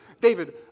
David